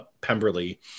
Pemberley